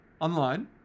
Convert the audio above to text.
Online